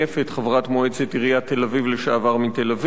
חברת מועצת עיריית תל-אביב לשעבר מתל-אביב,